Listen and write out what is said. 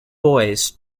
boys